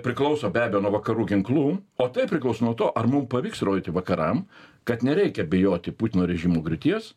priklauso nuo vakarų ginklų o tai priklauso nuo to ar mum pavyks įrodyti vakaram kad nereikia bijoti putino režimo griūties